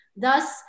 Thus